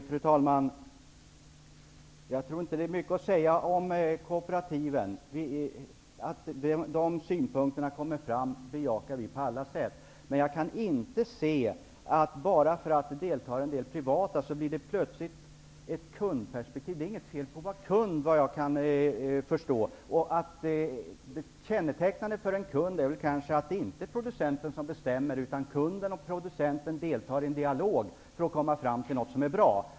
Fru talman! Jag tror inte att det finns mycket att säga om kooperativen. Att dessa synpunkter kommer fram bejakar vi på alla sätt. Men jag kan inte se att det enbart för att en del privata intressenter deltar plötsligt blir ett kundperspektiv. Det är inget fel med att vara kund, såvitt jag kan förstå. Kännetecknande för en kundmodell är att det inte är producenten som bestämmer, utan kunden och producenten deltar i en dialog för att komma fram till något som är bra.